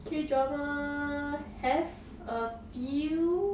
K drama have a few